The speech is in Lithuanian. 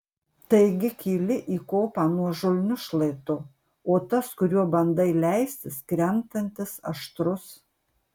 taigi kyli į kopą nuožulniu šlaitu o tas kuriuo bandai leistis krentantis aštrus